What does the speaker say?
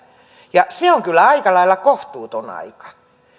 ja se on kyllä aika lailla kohtuuton aika